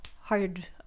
hard